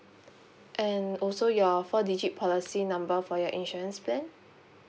and also your four digit policy number for your insurance plan